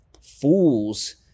fools